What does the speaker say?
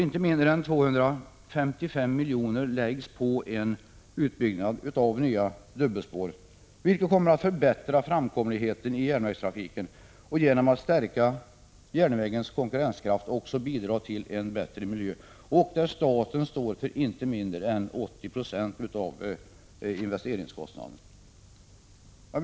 Inte mindre än 255 miljoner läggs på en utbyggnad av nya dubbelspår, vilket kommer att förbättra framkomligheten i järnvägstrafiken och genom att stärka järnvägens konkurrenskraft bidra till en bättre miljö. Staten står för inte mindre än 80 90 av investeringskostnaderna.